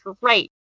great